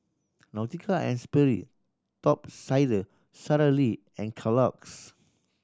Nautica and Sperry Top Sider Sara Lee and Kellogg's